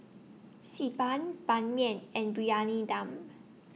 Xi Ban Ban Mian and Briyani Dum